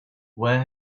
where